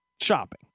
Shopping